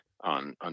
on